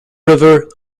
river